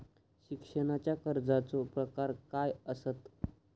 शिक्षणाच्या कर्जाचो प्रकार काय आसत?